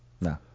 No